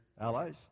allies